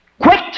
Quit